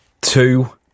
Two